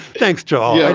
thanks, john. yeah